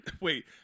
Wait